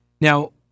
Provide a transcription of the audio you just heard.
Now